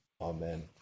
amen